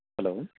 hello